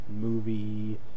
movie